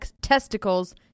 testicles